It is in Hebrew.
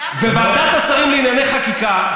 ועדת השרים לענייני חקיקה,